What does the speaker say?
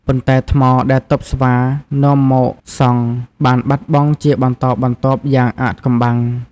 ប៉ុន្តែថ្មដែលទ័ពស្វានាំមកសង់បានបាត់បង់ជាបន្តបន្ទាប់យ៉ាងអាថ៌កំបាំង។